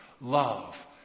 love